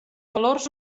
valors